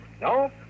No